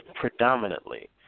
predominantly